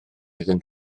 iddyn